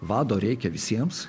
vado reikia visiems